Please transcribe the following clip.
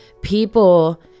people